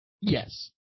Yes